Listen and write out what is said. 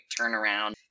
turnaround